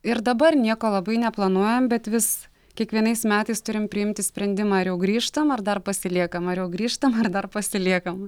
ir dabar nieko labai neplanuojam bet vis kiekvienais metais turim priimti sprendimą ar jau grįžtam ar dar pasiliekam ar jau grįžtam ar dar pasiliekam